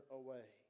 away